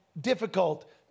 difficult